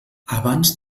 abans